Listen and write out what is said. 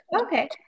Okay